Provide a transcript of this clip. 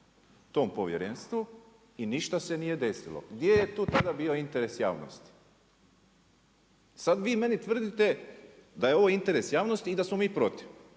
tom povjerenstvu i ništa se nije desilo. Gdje je tu tada bio interes javnosti? Sad vi meni tvrdite da je ovo interes javnosti i da smo mi protiv.